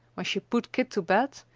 when she put kit to bed,